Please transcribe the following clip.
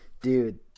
dude